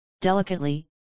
delicately